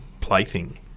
plaything